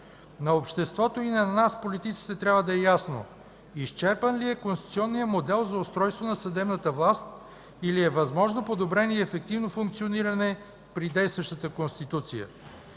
На обществото и на нас – политиците, трябва да е ясно изчерпан ли е конституционният модел за устройство на съдебната власт, или е възможно подобрение и ефективно функциониране при действащата Конституция,